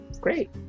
great